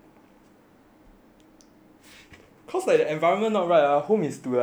cause the enviornment around home is to like enjoy right to relax orh